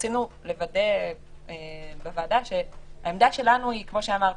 רצינו לוודא בוועדה שהעמדה שלנו היא כמו שאמרת,